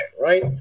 right